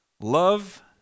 Love